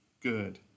good